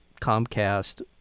Comcast